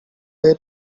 way